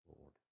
Lord